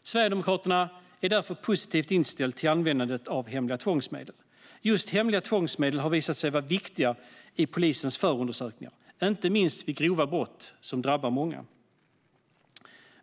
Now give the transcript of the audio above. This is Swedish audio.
Sverigedemokraterna är därför positivt inställt till användandet av hemliga tvångsmedel. Just hemliga tvångsmedel har visat sig vara viktiga i polisens förundersökningar, inte minst vid grova brott som drabbar många.